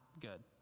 good